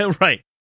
right